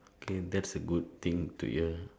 okay that's a good thing to hear